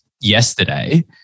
yesterday